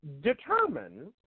determine